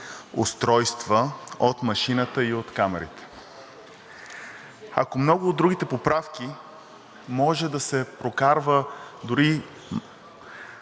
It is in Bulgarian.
устройства от машината и от камерите“. Ако от много от другите поправки може да се прокарва дори